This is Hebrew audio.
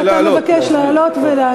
ואתה מבקש לעלות.